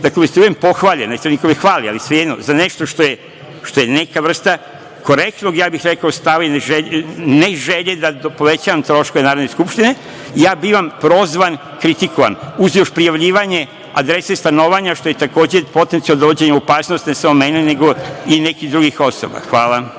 da budem pohvaljen, ne treba niko da me hvali, ali svejedno, za nešto što je neka vrsta korektnog, ja bih rekao stavljanje želja, ne da povećavam troškove Narodne skupštine, ja bivam prozvan, kritikovan, uz još prijavljivanje adrese stanovanja, što je takođe potencijalno, dovođenje u opasnost, ne samo mene, neko i nekih drugih osoba. Hvala.